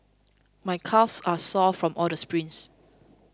my calves are sore from all the sprints